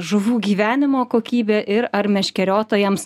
žuvų gyvenimo kokybė ir ar meškeriotojams